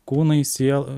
kūnai siela